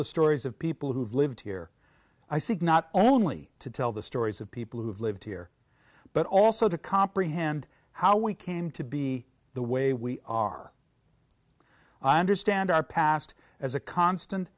the stories of people who have lived here i think not only to tell the stories of people who have lived here but also to comprehend how we came to be the way we are i understand our past as a constant